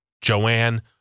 Joanne